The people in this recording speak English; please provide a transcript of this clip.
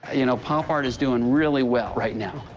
you know, pop art is doing really well right now.